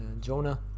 Jonah